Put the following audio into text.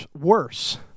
worse